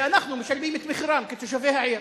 שאנחנו משלמים את מחירם, כתושבי העיר,